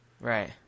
right